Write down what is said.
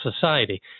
Society